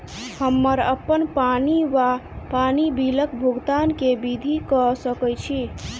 हम्मर अप्पन पानि वा पानि बिलक भुगतान केँ विधि कऽ सकय छी?